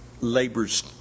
labors